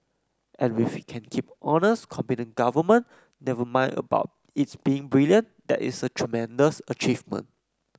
and if we can keep honest competent government never mind about its being brilliant that is a tremendous achievement